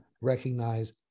recognize